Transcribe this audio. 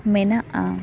ᱢᱮᱱᱟᱜᱼᱟ